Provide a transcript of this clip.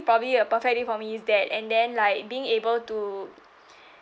probably a perfect day for me is that and then like being able to